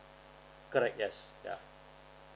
correct yes yeah